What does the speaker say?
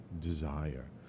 desire